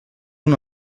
una